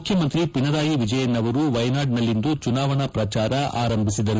ಮುಖ್ಯಮಂತ್ರಿ ಪಿಣರಾಯಿ ವಿಜಯನ್ ಅವರು ವಯನಾಡ್ನಲ್ಲಿಂದು ಚುನಾವಣಾ ಪ್ರಜಾರ ಆರಂಭಿಸಿದರು